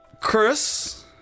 Chris